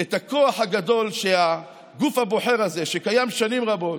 את הכוח הגדול של הגוף הבוחר הזה שקיים שנים רבות,